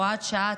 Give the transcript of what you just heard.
הוראת שעה),